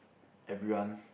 everyone